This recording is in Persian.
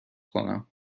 کنم